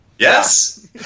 Yes